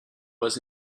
was